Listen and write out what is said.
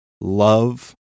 love